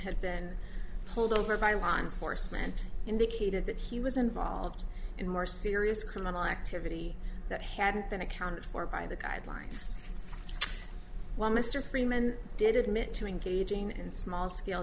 had been pulled over by law enforcement indicated that he was involved in more serious criminal activity that had been accounted for by the guidelines well mr freeman did admit to engaging and small scale